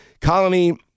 Colony